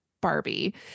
Barbie